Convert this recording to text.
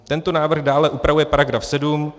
Tento návrh dále upravuje § 7.